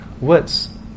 words